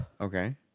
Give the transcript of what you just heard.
okay